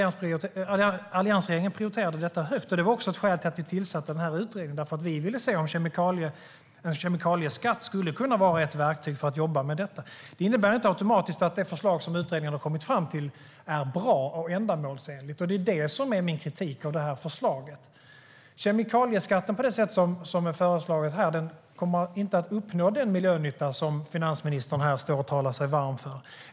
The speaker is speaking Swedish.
Alliansregeringen prioriterade detta högt, och det var också ett skäl till att vi tillsatte den här utredningen. Vi ville se om en kemikalieskatt skulle kunna vara ett verktyg i det arbetet. Det innebär inte automatiskt att det förslag som utredningen har kommit fram till är bra och ändamålsenligt. Det är det som är min kritik av förslaget. Kemikalieskatt på det sätt som det föreslås här kommer inte att göra att vi uppnår den miljönytta som finansministern här talar sig varm för.